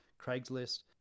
Craigslist